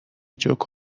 جوک